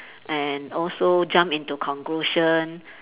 and also jump into conclusion